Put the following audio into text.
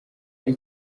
ari